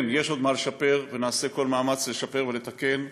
כן, יש עוד מה לשפר ונעשה כל מאמץ לשפר ולתקן,